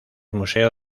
museo